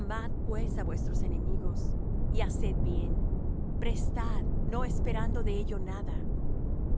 amad pués á vuestros enemigos y haced bien y prestad no esperando de ello nada